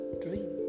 dream